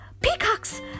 peacocks